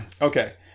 okay